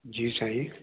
जी साईं